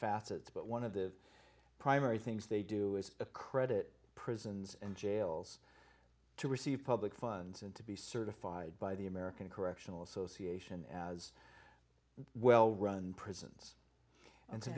facets but one of the primary things they do is a credit prisons and jails to receive public funds and to be certified by the american correctional association as well run prisons and so